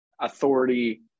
authority